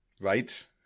Right